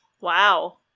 Wow